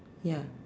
ya